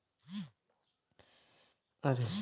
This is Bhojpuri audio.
संपत्ति क कीमत निजी तौर पर उपलब्ध सब सूचनाओं के देखावला